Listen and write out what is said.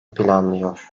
planlıyor